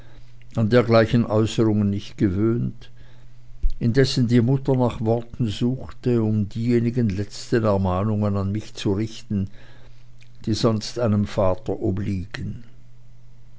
dergleichen äußerungen nicht gewöhnt indessen die mutter nach worten suchte um diejenigen letzten ermahnungen an mich zu richten die sonst einem vater obliegen